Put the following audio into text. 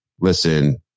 listen